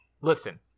listen